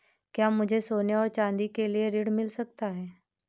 क्या मुझे सोने और चाँदी के लिए ऋण मिल सकता है?